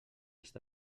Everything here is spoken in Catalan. està